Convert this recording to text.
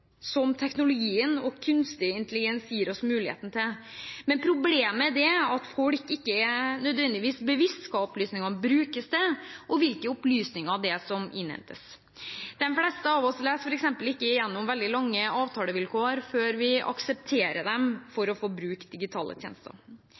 som teknologien og kunstig intelligens gir oss muligheten til. Problemet er at folk ikke nødvendigvis er bevisst hva opplysningene brukes til, og hvilke opplysninger det er som innhentes. De fleste av oss leser f.eks. ikke gjennom veldig lange avtalevilkår før vi aksepterer dem for